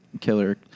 killer